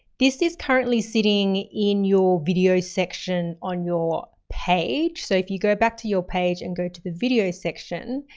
this is currently sitting in your video section on your page. so if you go back to your page and go to the video section,